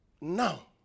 Now